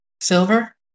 Silver